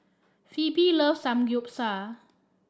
Phoebe loves Samgeyopsal